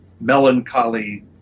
melancholy